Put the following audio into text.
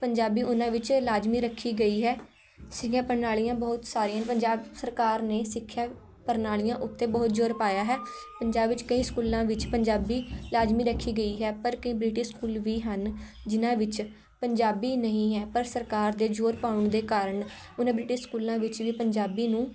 ਪੰਜਾਬੀ ਓਹਨਾਂ ਵਿੱਚ ਲਾਜ਼ਮੀ ਰੱਖੀ ਗਈ ਹੈ ਸੀਗੀਆਂ ਪ੍ਰਣਾਲੀਆਂ ਬਹੁਤ ਸਾਰੀਆਂ ਹਨ ਪੰਜਾਬ ਸਰਕਾਰ ਨੇ ਸਿੱਖਿਆ ਪ੍ਰਣਾਲੀਆਂ ਉੱਤੇ ਬਹੁਤ ਜ਼ੋਰ ਪਾਇਆ ਹੈ ਪੰਜਾਬ ਵਿੱਚ ਕਈ ਸਕੂਲਾਂ ਵਿੱਚ ਪੰਜਾਬੀ ਲਾਜ਼ਮੀ ਰੱਖੀ ਗਈ ਹੈ ਪਰ ਕਈ ਬ੍ਰਿਟਿਸ਼ ਸਕੂਲ ਵੀ ਹਨ ਜਿਹਨਾਂ ਵਿੱਚ ਪੰਜਾਬੀ ਨਹੀਂ ਹੈ ਪਰ ਸਰਕਾਰ ਦੇ ਜ਼ੋਰ ਪਾਉਣ ਦੇ ਕਾਰਨ ਓਹਨਾਂ ਬ੍ਰਿਟਿਸ਼ ਸਕੂਲਾਂ ਵਿੱਚ ਵੀ ਪੰਜਾਬੀ ਨੂੰ